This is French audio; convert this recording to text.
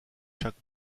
chaque